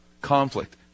Conflict